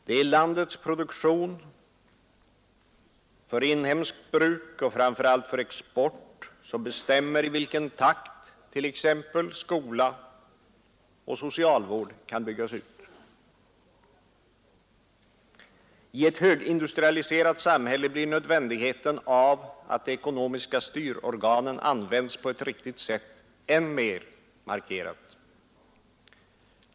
Det är landets produktion för inhemskt bruk och framför allt för export som bestämmer i vilken takt t.ex. skola och socialvård kan byggas ut. I ett högindustrialiserat samhälle blir nödvändigheten av att de ekonomiska styrorganen används på ett riktigt sätt än mer markerad.